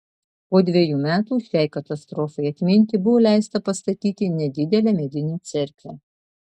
po dvejų metų šiai katastrofai atminti buvo leista pastatyti nedidelę medinę cerkvę